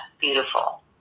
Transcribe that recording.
beautiful